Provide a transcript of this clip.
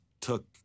took